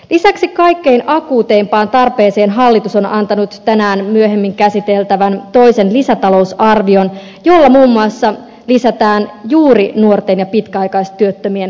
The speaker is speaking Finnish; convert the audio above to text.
lisäksi kaikkein akuuteimpaan tarpeeseen hallitus on antanut tänään myöhemmin käsiteltävän toisen lisätalousarvion jolla muun muassa lisätään juuri nuorten ja pitkäaikaistyöttömien työllistymistä